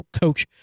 coach